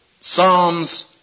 Psalms